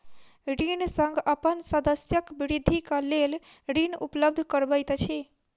ऋण संघ अपन सदस्यक वृद्धिक लेल ऋण उपलब्ध करबैत अछि